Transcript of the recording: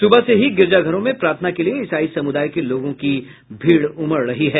सुबह से ही गिरजाघरों में प्रार्थना के लिए ईसाई समुदाय के लोगों की भीड़ उमड़ रही है